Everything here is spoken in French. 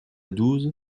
douze